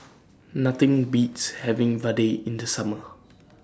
Nothing Beats having Vadai in The Summer